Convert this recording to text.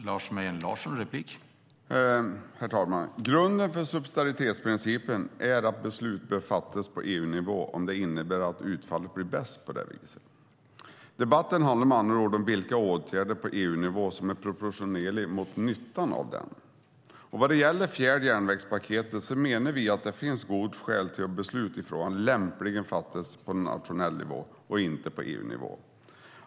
Herr talman! Grunden för subsidiaritetsprincipen är att beslut bör fattas på EU-nivå om det innebär att utfallet blir bäst på det viset. Debatten handlar med andra ord om vilka åtgärder på EU-nivå som är proportionerliga mot nyttan av dem. När det gäller fjärde järnvägspaketet menar vi att det finns goda skäl till att beslut i frågorna lämpligen fattas på nationell nivå och inte på EU-nivå.